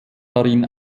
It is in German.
darin